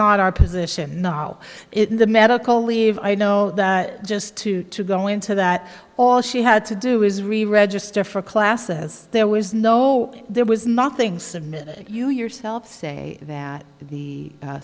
not our position not all in the medical leave i know just two to go into that all she had to do is reregister for classes there was no there was nothing submitted you yourself say that the